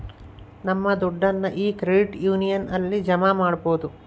ನಮ್ ದುಡ್ಡನ್ನ ಈ ಕ್ರೆಡಿಟ್ ಯೂನಿಯನ್ ಅಲ್ಲಿ ಜಮಾ ಮಾಡ್ಬೋದು